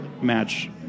match